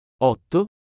otto